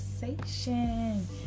Conversation